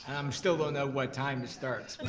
um still don't know what time it starts.